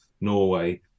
Norway